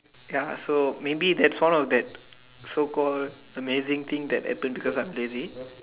ya so maybe that's one of that so called amazing thing that happen because I am lazy